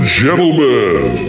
gentlemen